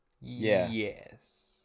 Yes